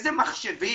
איזה מחשבים?